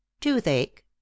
Toothache